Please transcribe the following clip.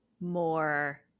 more